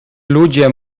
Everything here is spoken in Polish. ludzie